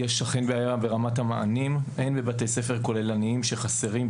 יש אכן בעיה ברמת המענים הן בבתי ספר כוללניים שחסרים,